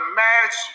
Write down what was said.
match